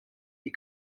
die